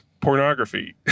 pornography